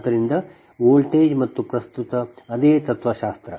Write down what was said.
ಆದ್ದರಿಂದ ವೋಲ್ಟೇಜ್ ಮತ್ತು ಪ್ರಸ್ತುತ ಅದೇ ತತ್ವಶಾಸ್ತ್ರ